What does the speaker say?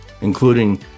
including